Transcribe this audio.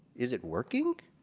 is it working.